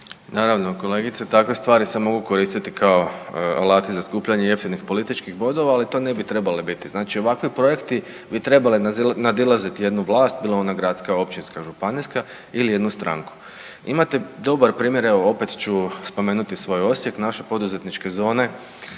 Naravno kolegice, takve stvari se mogu koristiti kao alati za skupljanje jeftinih političkih bodova, ali to ne bi trebali biti. Znači ovakvi projekti bi trebali nadilaziti jednu vlast bila ona gradska, općinska, županijska ili jednu stranku. Imate dobar primjer evo opet ću spomenuti svoj Osijek, naše poduzetničke zone